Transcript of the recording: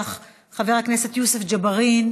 חבר הכנסת טלב אבו ערר,